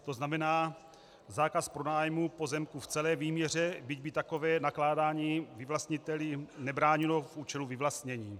To znamená zákaz pronájmu pozemku v celé výměře, byť by takové nakládání vyvlastniteli nebránilo v účelu vyvlastnění.